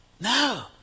No